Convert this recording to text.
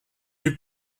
eut